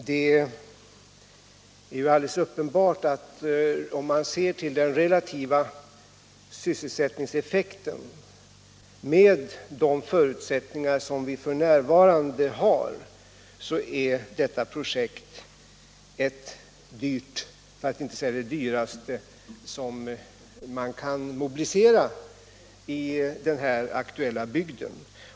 Herr talman! Om man ser till den relativa sysselsättningseffekten och de förutsättningar som vi f.n. har är det uppenbart att Kaunisvaaraprojektet är mycket dyrt — för att inte säga det dyraste som kan igångsättas i den aktuella bygden.